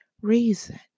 reason